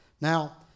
Now